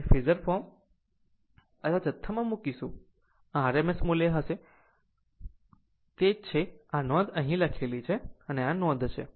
અને phasor form અથવા જથ્થામાં મુકીશું આ rms મૂલ્ય હશે તે જ તે છે આ નોંધ અહીં લખેલી છે આ નોંધ છે